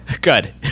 Good